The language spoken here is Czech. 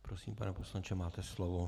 Prosím, pane poslanče, máte slovo.